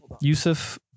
yusuf